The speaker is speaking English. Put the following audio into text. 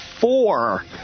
four